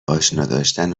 آشناداشتن